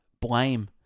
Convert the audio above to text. blame